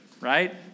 right